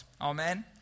Amen